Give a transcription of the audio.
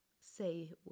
say